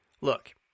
Look